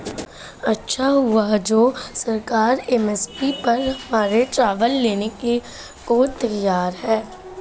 अच्छा हुआ जो सरकार एम.एस.पी पर हमारे चावल लेने को तैयार है